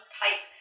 type